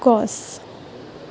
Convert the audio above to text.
গছ